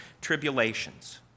tribulations